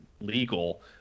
legal